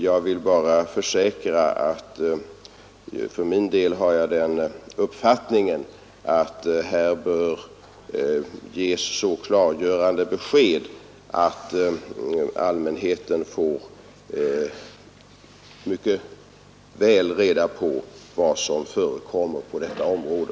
Jag vill bara försäkra att jag för min del har den uppfattningen att det bör lämnas sådana besked att det blir helt klart för allmänheten vad som förekommer på detta område.